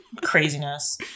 craziness